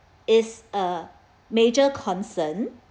is a major concern